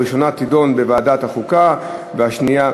הראשונה תידון בוועדת הכלכלה והשנייה